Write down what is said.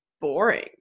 boring